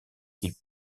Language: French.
qu’il